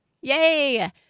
Yay